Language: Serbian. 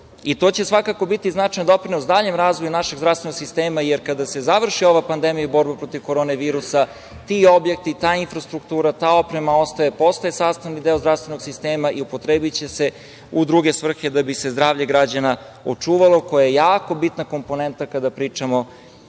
To će svakako biti doprinos daljem razvoju našeg zdravstvenog sistema, jer kada se završi ova pandemija i borba protiv korona virusa, ti objekti, ta infrastruktura, ta oprema ostaje, postaje sastavni deo zdravstvenog sistema i upotrebiće se u druge svrhe da bi se zdravlje građana očuvalo, koje je jako bitna komponenta kada pričamo